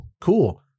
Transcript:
cool